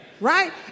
right